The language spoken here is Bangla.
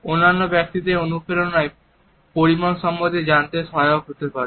অন্যান্য ব্যক্তিদের অনুপ্রেরণার পরিমাণ সম্বন্ধে জানতে সহায়ক হতে পারে